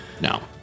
No